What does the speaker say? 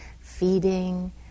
feeding